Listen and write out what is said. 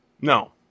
No